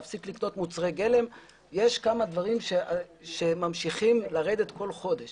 להפסיק לקנות מוצרי גלם אבל יש כמה דברים שממשיכים לרדת כל חודש